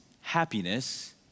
happiness